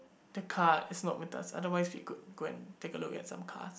the car is not with us otherwise we could go and take a look at some cars